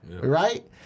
right